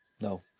No